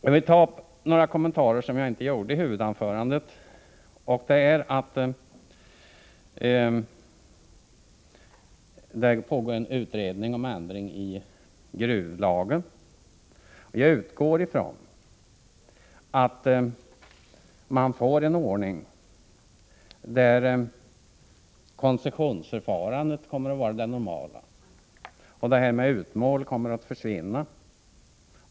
Jag vill också göra några kommentarer som jag inte gjorde i mitt huvudanförande. Det pågår en utredning om ändringar i gruvlagen. Jag utgår från att man får en ordning, där koncessionsförfarandet kommer att vara det normala medan utmål kommer att försvinna.